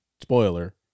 spoiler